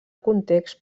context